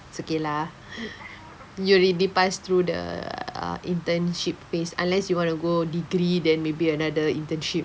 it's okay lah you already pass through the err internship phase unless you want to go degree then maybe another internship